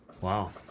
Wow